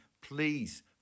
please